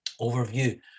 overview